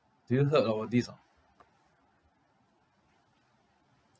do you heard about this or not